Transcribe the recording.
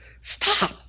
Stop